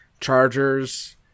Chargers